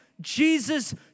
Jesus